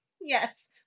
Yes